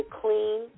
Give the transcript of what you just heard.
clean